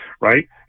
right